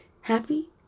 happy